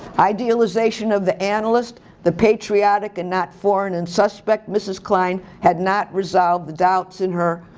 idealization of the analyst, the patriotic and not foreign and suspect mrs. klein had not resolved the doubts in her,